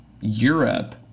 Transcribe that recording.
Europe